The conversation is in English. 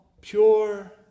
pure